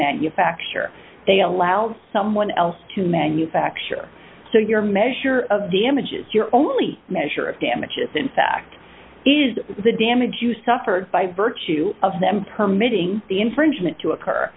manufacture they allowed someone else to manufacture so your measure of damages your only measure of damage is in fact is the damage you suffered by virtue of them permit ing the infringement to occur